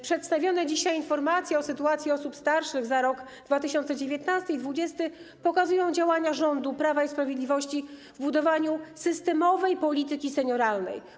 Przedstawione dzisiaj informacje o sytuacji osób starszych za rok 2019 i 2020 pokazują działania rządu Prawa i Sprawiedliwości w zakresie budowania systemowej polityki senioralnej.